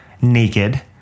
naked